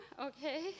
okay